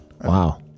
Wow